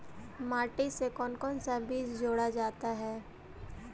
माटी से कौन कौन सा बीज जोड़ा जाता है?